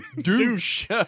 douche